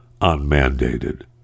unmandated